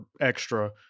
extra